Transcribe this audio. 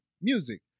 music